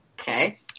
Okay